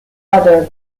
other